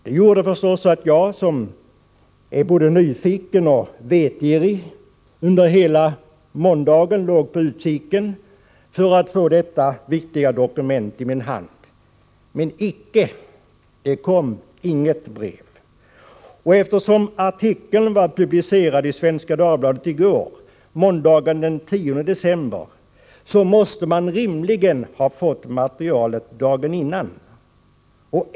Detta gjorde förstås att jag, som är både nyfiken och vetgirig, under hela måndagen låg på utkiken för att få detta viktiga dokument i min hand. Men icke — det kom inget brev. Eftersom artikeln var publicerad i SvD i går, måndagen den 10 december, måste man rimligen ha fått materialet dagen innan.